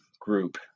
group